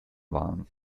waren